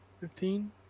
Fifteen